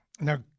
now